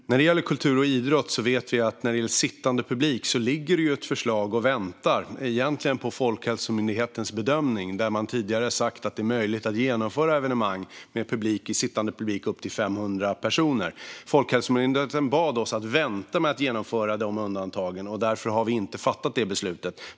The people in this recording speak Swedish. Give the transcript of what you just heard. Fru talman! När det gäller kultur och idrott vet vi ju att det ligger ett förslag och väntar som rör sittande publik. Egentligen väntar det på Folkhälsomyndighetens bedömning - man har tidigare sagt att det är möjligt att genomföra evenemang med sittande publik upp till 500 personer. Folkhälsomyndigheten bad oss vänta med att genomföra de undantagen, och därför har vi inte fattat det beslutet.